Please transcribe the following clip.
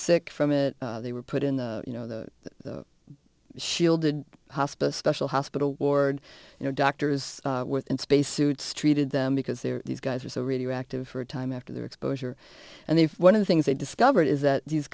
sick from it they were put in the you know the shielded hospice special hospital ward you know doctors within spacesuits treated them because they're these guys are so radioactive for a time after their exposure and the one of the things they discovered is that these